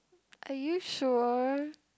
are you sure